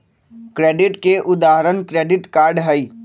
credit के उदाहरण credit card हई